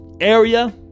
area